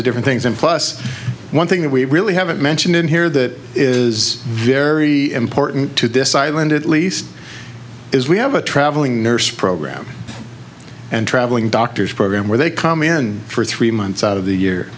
of different things and plus one thing that we really haven't mentioned in here that is very important to decide land at least is we have a traveling nurse program and traveling doctors program where they come in for three months out of the year